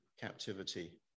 captivity